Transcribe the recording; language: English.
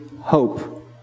hope